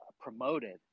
promoted